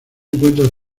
encuentra